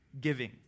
Giving